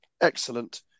excellent